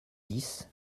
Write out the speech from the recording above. dix